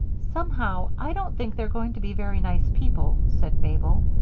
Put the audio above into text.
somehow, i don't think they're going to be very nice people, said mabel.